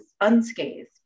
unscathed